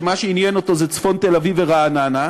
שמה שעניין אותו זה צפון תל-אביב ורעננה,